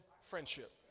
friendship